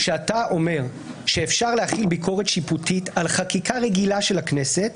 כשאתה אומר שאפשר להחיל ביקורת שיפוטית על חקיקה רגילה של הכנסת,